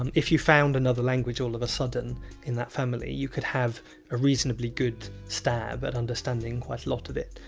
and if you found another language all of a sudden in that family, you could have a reasonably good stab at understanding quite a lot of it.